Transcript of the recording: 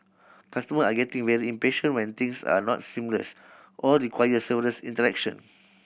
customer are getting very impatient when things are not seamless or require several interaction